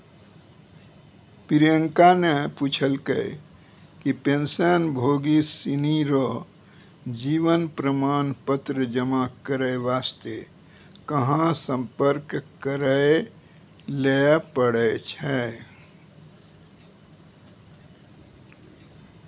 प्रियंका ने पूछलकै कि पेंशनभोगी सिनी रो जीवन प्रमाण पत्र जमा करय वास्ते कहां सम्पर्क करय लै पड़ै छै